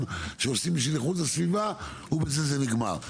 שעושים בשביל איכות הסביבה ובזה זה נגמר.